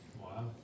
Wow